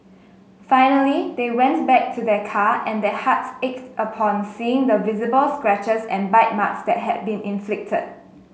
finally they went back to their car and their hearts ached upon seeing the visible scratches and bite marks that had been inflicted